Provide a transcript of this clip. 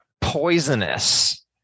poisonous